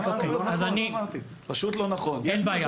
פשוט לא נכון.